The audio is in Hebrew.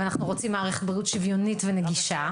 ואנחנו רוצים מערכת בריאות שוויונית ונגישה.